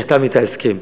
שנחתם אתה הסכם,